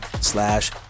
slash